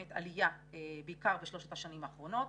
עלייה בעיקר בשלושת השנים האחרונות.